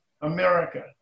America